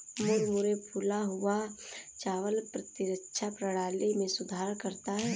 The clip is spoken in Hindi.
मुरमुरे फूला हुआ चावल प्रतिरक्षा प्रणाली में सुधार करता है